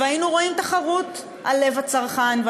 והיינו רואים תחרות על לב הצרכן,